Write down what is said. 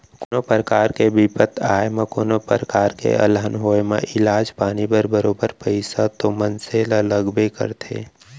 कोनो परकार के बिपत आए म कोनों प्रकार के अलहन होय म इलाज पानी बर बरोबर पइसा तो मनसे ल लगबे करथे